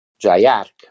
Jayark